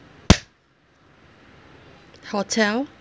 hotel